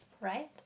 right